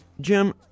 Jim